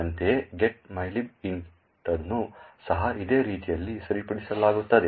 ಅಂತೆಯೇ get mylib int ಅನ್ನು ಸಹ ಇದೇ ರೀತಿಯಲ್ಲಿ ಸರಿಪಡಿಸಲಾಗುತ್ತದೆ